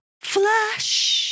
Flash